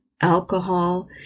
alcohol